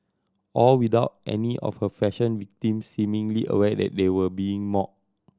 all without any of her fashion victims seemingly aware that they were being mocked